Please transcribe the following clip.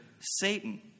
Satan